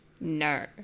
No